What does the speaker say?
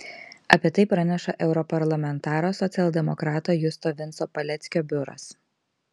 apie tai praneša europarlamentaro socialdemokrato justo vinco paleckio biuras